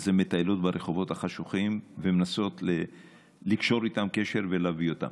הן מטיילות ברחובות החשוכים ומנסות לקשור איתם קשר ולהביא אותם.